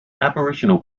aboriginal